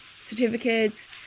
certificates